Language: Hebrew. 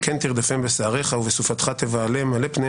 כן, תרדפם בסערך, ובסופתך תבהלם.